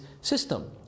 system